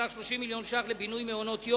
בסך 30 מיליון ש"ח לבינוי מעונות-יום